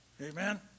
Amen